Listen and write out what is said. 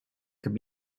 could